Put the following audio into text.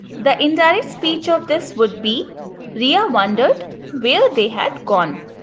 the indirect speech of this would be riya wondered where they had gone.